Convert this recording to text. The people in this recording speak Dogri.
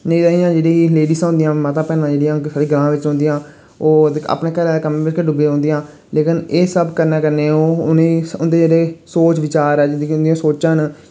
नेईं तां जि'यां जेह्ड़ी लेडियां होंदियां माता भैनां जेह्ड़ियां साढ़े ग्रां बिच होंदियां ओ अपने घरै दे कम्म बिच गै डुब्बी दियां रौंह्दियां लेकिन एह् सब कन्नै कन्नै ओ उ'ने उं'दे जेह्ड़े सोच विचार ऐ जेह्ड़ी कि उं'दियां सोचां न